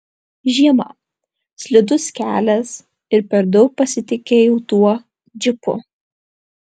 žiema slidus kelias ir per daug pasitikėjau tuo džipu